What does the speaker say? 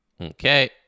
Okay